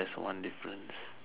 there's one difference